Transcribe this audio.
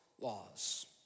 laws